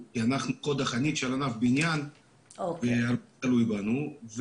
כי אנחנו חוד החנית של ענף הבנייה והוא תלוי בנו.